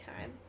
time